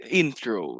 intro